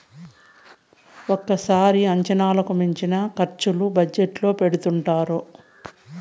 ఒక్కోసారి అంచనాలకు మించిన ఖర్చులు బడ్జెట్ లో పెడుతుంటారు